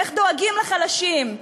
איך דואגים לחלשים.